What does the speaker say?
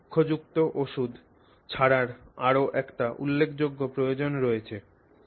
একটি লক্ষ্যযুক্ত ওষুধ ছাড়ার আরও একটি উল্লেখযোগ্য প্রয়োজন রয়েছে